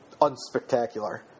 unspectacular